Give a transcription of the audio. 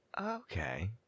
Okay